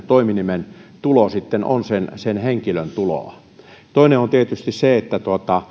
toiminimen tulo on sitten sen henkilön tuloa toinen on tietysti se että